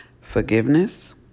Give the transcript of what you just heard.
forgiveness